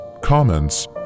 comments